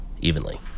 evenly